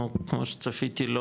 אנחנו כמו שצפיתי,